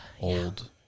old